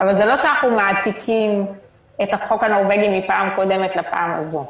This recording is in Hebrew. אבל זה לא שאנחנו מעתיקים את החוק הנורווגי מהפעם הקודמת לפעם הזאת,